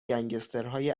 گنسگترهای